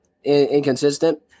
Inconsistent